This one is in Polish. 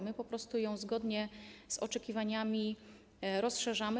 My po prostu zgodnie z oczekiwaniami ją rozszerzamy.